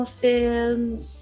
films